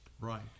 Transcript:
Right